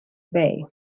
bay